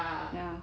ya